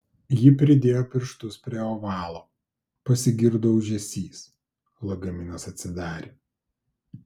ji pridėjo pirštus prie ovalo pasigirdo ūžesys lagaminas atsidarė